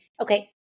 okay